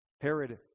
Herod